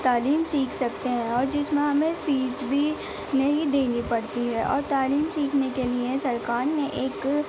تعلیم سیکھ سکتے ہیں اور جس میں ہمیں فیس بھی نہیں دینی پڑتی ہے اور تعلیم سیکھنے کے لئے سرکار نے ایک